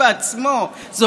היא נגד כל גוף אפשרי: